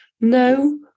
No